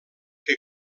que